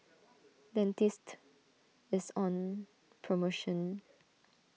Dentiste is on promotion